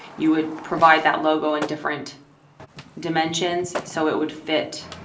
you would provide that logo in different dimensions. so it would fit